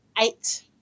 eight